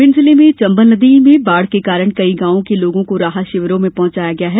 भिंड जिले में चंबल नदी में बाढ़ के कारण कई गॉवों के लोगों को राहत शिविरों में पहुँचाया गया है